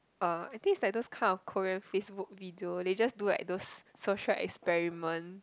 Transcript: uh I think it's like those kind of Korean FaceBook video they just do like those social experiment